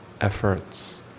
efforts